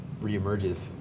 reemerges